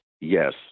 Yes